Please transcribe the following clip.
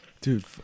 Dude